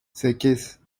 sekiz